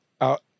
out